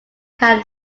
can